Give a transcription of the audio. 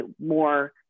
more